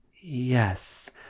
Yes